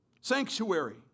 sanctuary